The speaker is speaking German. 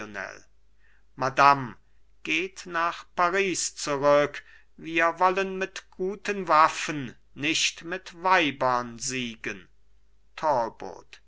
madame geht nach paris zurück wir wollen mit guten waffen nicht mit weibern siegen